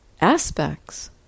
aspects